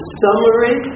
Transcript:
summary